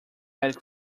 had